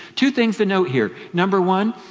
two things to note here. number one,